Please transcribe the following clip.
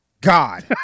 God